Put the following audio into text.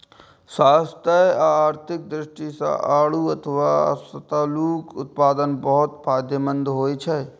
स्वास्थ्य आ आर्थिक दृष्टि सं आड़ू अथवा सतालूक उत्पादन बहुत फायदेमंद होइ छै